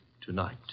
tonight